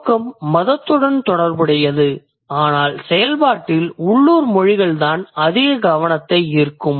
நோக்கம் மதத்துடன் தொடர்புடையது ஆனால் செயல்பாட்டில் உள்ளூர் மொழிகள்தான் அதிக கவனத்தை ஈர்க்கும்